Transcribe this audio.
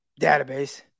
database